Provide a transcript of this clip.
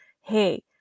hey